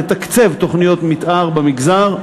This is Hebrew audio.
לתקצב תוכניות מתאר במגזר,